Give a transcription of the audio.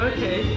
Okay